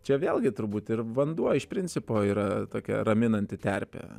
čia vėlgi turbūt ir vanduo iš principo yra tokia raminanti terpė